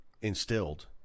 instilled